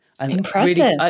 Impressive